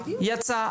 יצא,